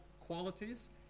qualities